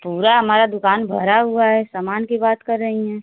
पूरा हमारी दुकान भरा हुआ है सामान की बात कर रही हैं